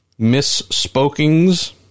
misspokings